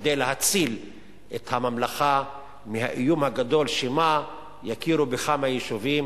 כדי להציל את הממלכה מהאיום הגדול שמא יכירו בכמה יישובים.